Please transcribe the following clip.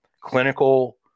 Clinical